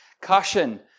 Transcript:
Caution